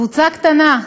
קבוצה קטנה,